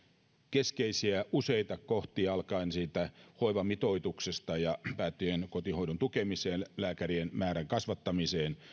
keskeisiä useita kohtia alkaen hoivamitoituksesta ja päättyen kotihoidon tukemiseen lääkärien määrän kasvattamiseen